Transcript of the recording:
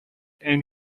and